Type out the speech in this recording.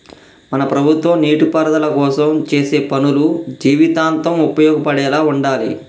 మన ప్రభుత్వం నీటిపారుదల కోసం చేసే పనులు జీవితాంతం ఉపయోగపడేలా ఉండాలి